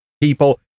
people